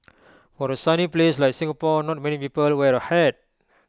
for A sunny place like Singapore not many people wear A hat